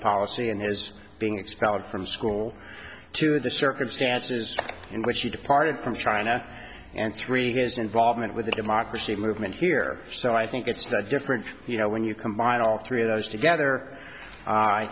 policy and his being expelled from school to the circumstances in which he departed from china and three his involvement with the democracy movement here so i think it's no different you know when you combine all three of those together i